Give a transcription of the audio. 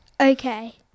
Okay